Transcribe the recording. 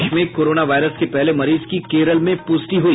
देश में corona virus के पहले मरीज की केरल में पुष्टि हुई